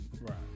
right